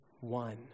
one